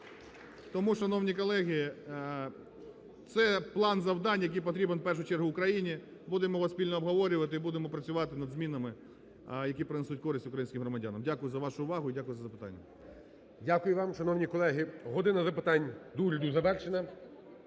Тому, шановні колеги, це план завдань, який потрібен в першу чергу Україні. Будемо його спільно обговорювати і будемо працювати над змінами, які принесуть користь українським громадянам. Дякую за вашу увагу. І дякую за запитання. ГОЛОВУЮЧИЙ. Дякую вам. Шановні колеги, "година запитань до Уряду" завершена.